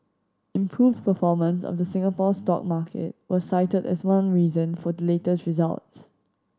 improved performance of the Singapore stock market was cited as one reason for the latest results